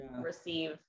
receive